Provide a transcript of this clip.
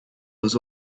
was